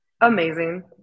Amazing